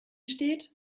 steht